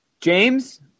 James